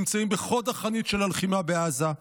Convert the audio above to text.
נמצאים בחוד החנית של הלחימה בעזה.